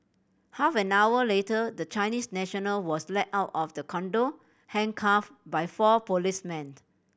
half an hour later the Chinese national was led out of the condo handcuffed by four policemen